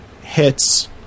hits